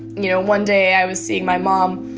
you know, one day, i was seeing my mom,